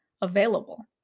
available